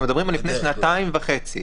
אנחנו מדברים על לפני שנתיים וחצי.